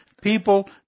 people